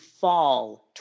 fall